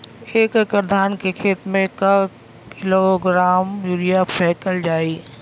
एक एकड़ धान के खेत में क किलोग्राम यूरिया फैकल जाई?